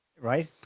Right